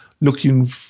looking